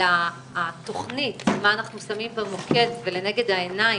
אלא התכנית, מה אנחנו שמים במוקד ולנגד העיניים.